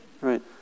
right